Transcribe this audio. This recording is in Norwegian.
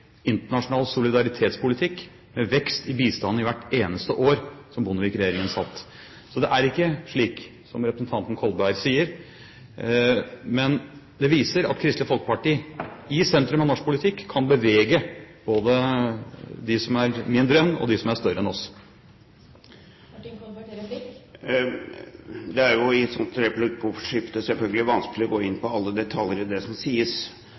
internasjonal solidaritetspolitikk, med vekst i bistanden hvert eneste år Bondevik-regjeringen satt. Så det er ikke slik som representanten Kolberg sier. Men det viser at Kristelig Folkeparti i sentrum av norsk politikk kan bevege både dem som er mindre enn oss, og dem som er større enn oss. Det er i et slikt replikkordskifte selvfølgelig vanskelig å gå inn på alle detaljer i det som sies.